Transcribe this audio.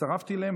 הצטרפתי אליהם,